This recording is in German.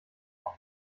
auf